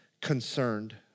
concerned